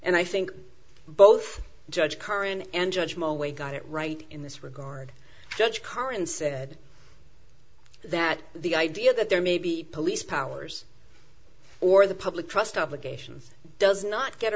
and i think both judge curran and judge moore way got it right in this regard judge car and said that the idea that there may be police powers or the public trust obligation does not get